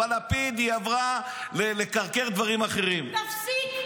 לא מדברים ככה --- השר אמסלם, בבקשה.